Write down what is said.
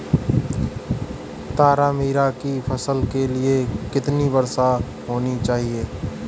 तारामीरा की फसल के लिए कितनी वर्षा होनी चाहिए?